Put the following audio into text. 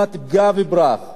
קיבל עבודות שירות,